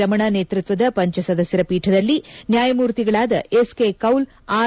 ರಮಣ ನೇತೃತ್ವದ ಪಂಚ ಸದಸ್ತರ ಪೀಠದಲ್ಲಿ ನ್ಕಾಯಮೂರ್ತಿಗಳಾದ ಎಸ್ಕೆ ಕೌಲ್ ಆರ್